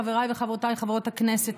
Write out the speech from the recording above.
חבריי וחברותיי חברי הכנסת,